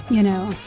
you know,